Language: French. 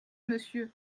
monsieur